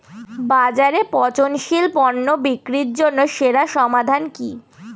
বাজারে পচনশীল পণ্য বিক্রির জন্য সেরা সমাধান কি?